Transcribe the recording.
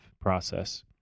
process